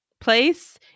place